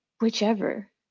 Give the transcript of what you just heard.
whichever